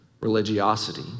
religiosity